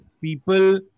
people